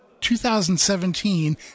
2017